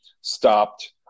stopped